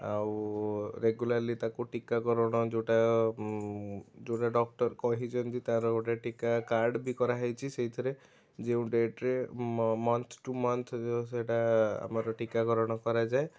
ଆଉ ରେଗୁଲାରଲି ତାକୁ ଟିକାକରଣ ଯେଉଁଟା ଯେଉଁଟା ଡ଼କ୍ଟର କହିଛନ୍ତି ତାର ଗୋଟେ ଟୀକା କାର୍ଡ଼ ବି କରା ହେଇଛି ସେଇଥିରେ ଯେଉଁ ଡେଟ୍ ରେ ମଂଥ ଟୁ ମଂଥ ସେଇଟା ଆମର ଟୀକାକରଣ କରାଯାଏ